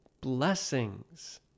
blessings